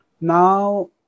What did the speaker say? now